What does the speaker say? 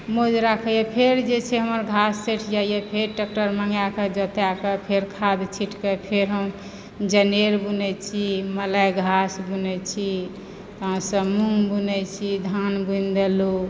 मोज राखैए फेर जे छै से हमर घास सठि जाइए फेर ट्रैक्टर मँगैकऽ जोतयके फेर खाद छींटकऽ फेर हम जनेर बुनैत छी मलाइ घास बुनैत छी अहाँसँ मूँग बुनै छी धान बुनि देलहुँ